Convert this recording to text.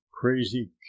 crazy